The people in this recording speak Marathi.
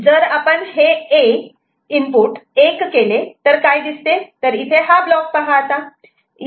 जर आपण A 1 केले तर काय दिसते तर इथे हा ब्लॉक पहा